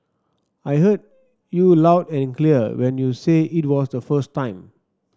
I heard you loud and clear when you said it the first time